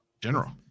general